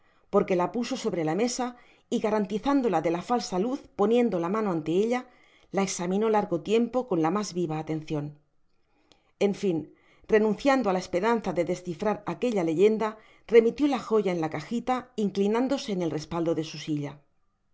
porque la puso sobre la mesa y garantizándola de la falsa luz poniendo la mano ante ella la examinó largo tiempo con la mas viva atencion en fin renunciando á la esperanza de descifrar aquella leyenda remitió la joya en la cajila inclinándose en el respaldo de su silla